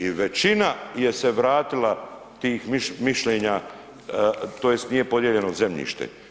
I većina se je vratila tih mišljenja tj. nije podijeljeno zemljište.